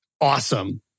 Awesome